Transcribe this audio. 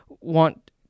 want